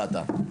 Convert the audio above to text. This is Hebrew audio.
בשעתה.